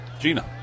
Gina